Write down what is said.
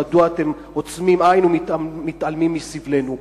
מדוע אתם עוצמים עין ומתעלמים מסבלנו.